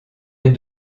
les